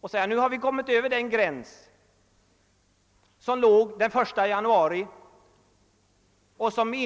Det kan ske med den motiveringen att vi då kommit förbi den 1 januari vid